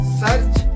search